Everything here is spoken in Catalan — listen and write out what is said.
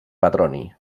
petroni